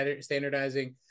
standardizing